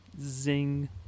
Zing